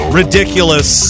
ridiculous